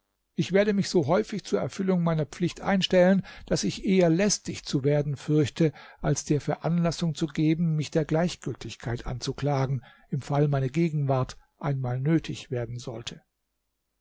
ich werde mich so häufig zur erfüllung meiner pflicht einstellen daß ich eher lästig zu werden fürchte als dir veranlassung zu geben mich der gleichgültigkeit anzuklagen im fall meine gegenwart einmal nötig werden sollte